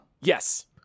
yes